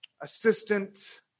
assistant